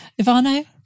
Ivano